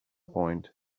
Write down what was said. point